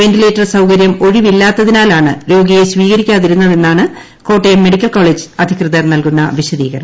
ventilator സൌകര്യം ഒഴിവില്ലാത്തതിനാലാണ് രോഗിയെ സ്വീകരിക്കാതിരുന്നതെന്നാണ് കോട്ടയം മെഡിക്കൽ കോളോജ് അധികൃതർ നൽകുന്ന വിശദീകരണം